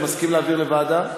אתה מסכים להעביר לוועדה?